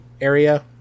area